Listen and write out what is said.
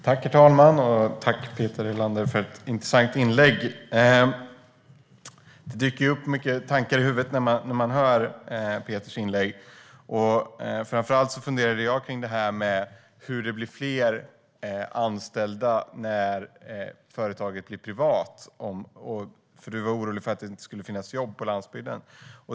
Herr talman! Tack, Peter Helander, för ett intressant inlägg! Det dök upp många tankar i huvudet när jag hörde Peters inlägg. Framför allt funderade jag kring hur det blir fler anställda när företaget blir privat, för Peter var orolig för att det inte skulle finnas jobb på landsbygden.